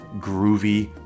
Groovy